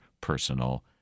personal